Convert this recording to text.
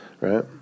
Right